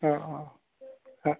অঁ অঁ